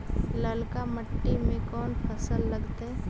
ललका मट्टी में कोन फ़सल लगतै?